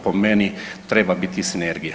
Po meni treba biti sinergija.